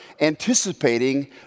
anticipating